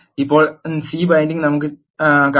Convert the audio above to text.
ഇപ്പോൾ C binding നമുക്ക് കാണാം